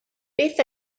beth